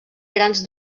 grans